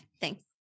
thanks